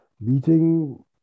meeting